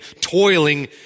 toiling